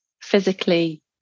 physically